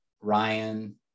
Ryan